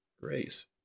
grace